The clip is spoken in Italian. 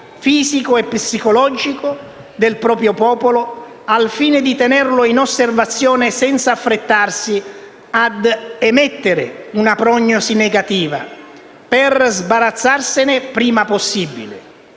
fisico e psicologico del proprio popolo, al fine di tenerlo in osservazione, senza affrettarsi ad emettere una prognosi negativa, per sbarazzarsene prima possibile.